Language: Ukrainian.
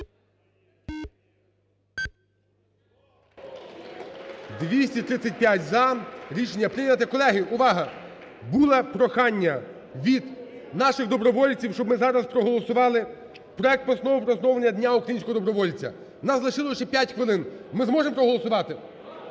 За-235 Рішення прийняте. Колеги, увага. Було прохання від наших добровольців, щоб ми зараз проголосували проект Постанови про встановлення Дня українського добровольця. У нас залишилось ще 5 хвилин. Ми зможемо проголосувати?